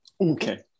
okay